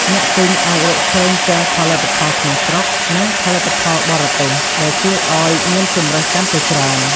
អ្នកទិញអាចរកឃើញទាំង ផលិតផលក្នុងស្រុក និងផលិតផលបរទេស ដែលជួយឱ្យមានជម្រើសកាន់តែច្រើន។